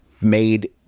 made